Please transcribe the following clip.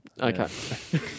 Okay